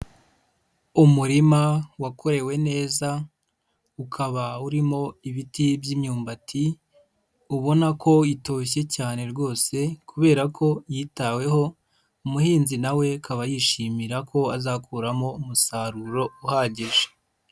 Umurima wakorewe neza, ukaba urimo ibiti by'imyumbati ubona ko itoshye cyane rwose kubera ko yitaweho, umuhinzi na we akaba yishimira ko azakuramo umusaruro uhagije.